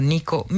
Nico